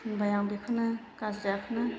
फुनबाय आं बेखौनो गाज्रियाखौनो